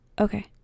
Okay